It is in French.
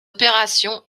opération